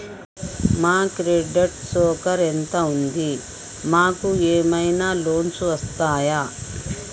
మా credit score ఎంత ఉంది? మాకు ఏమైనా లోన్స్ వస్తయా?